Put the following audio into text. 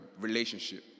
relationship